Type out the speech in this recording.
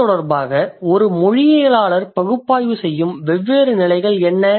இது தொடர்பாக ஒரு மொழியியலாளர் பகுப்பாய்வு செய்யும் வெவ்வேறு நிலைகள் என்ன